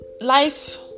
Life